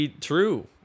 True